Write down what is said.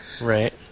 Right